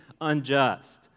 unjust